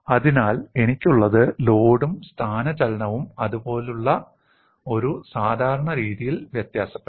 അതിനാൽ എനിക്കുള്ളത് ലോഡും സ്ഥാനചലനവും ഇതുപോലുള്ള ഒരു സാധാരണ രീതിയിൽ വ്യത്യാസപ്പെടാം